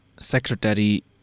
Secretary